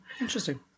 Interesting